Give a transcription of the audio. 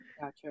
Gotcha